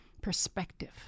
perspective